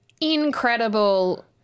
incredible